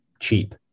cheap